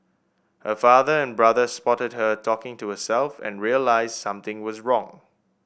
her father and brother spotted her talking to herself and realised something was wrong